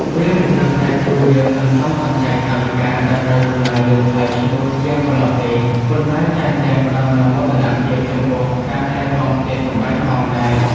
វាមិនត្រឹមតែជួយយើងសន្សំសំចៃថវិកាដែលត្រូវចំណាយលើថ្លៃឈ្នួលជាងប៉ុណ្ណោះទេ ប៉ុន្តែថែមទាំងផ្តល់នូវមោទនភាពចំពោះការថែទាំផ្ទះសម្បែងផងដែរ។